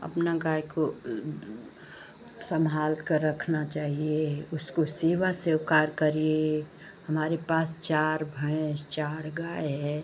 अपनी गाय को संभाल कर रखना चाहिए उसको सेवा सेवकार करिए हमारे पास चार भैंस चार गाय है